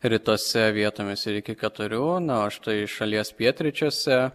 rytuose vietomis ir iki keturių na o štai šalies pietryčiuose